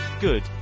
good